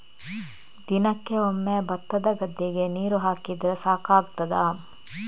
ದಿನಕ್ಕೆ ಒಮ್ಮೆ ಭತ್ತದ ಗದ್ದೆಗೆ ನೀರು ಹಾಕಿದ್ರೆ ಸಾಕಾಗ್ತದ?